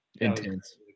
Intense